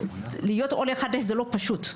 להיות עולה חדש זה לא פשוט,